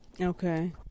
Okay